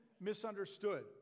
misunderstood